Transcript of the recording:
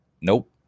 Nope